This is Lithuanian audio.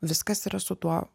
viskas yra su tuo